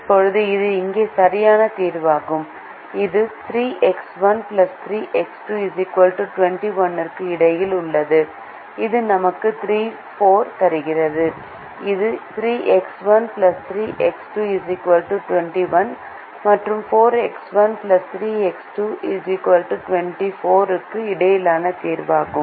இப்போது அது இங்கே சரியான தீர்வாகும் இது 3X1 3X2 21 க்கு இடையில் உள்ளது அது நமக்கு 34 தருகிறது இது 3X1 3X2 21 மற்றும் 4X1 3X2 24 க்கு இடையிலான தீர்வாகும்